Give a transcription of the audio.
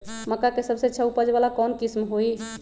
मक्का के सबसे अच्छा उपज वाला कौन किस्म होई?